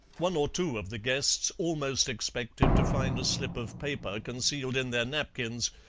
one or two of the guests almost expected to find a slip of paper concealed in their napkins,